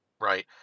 Right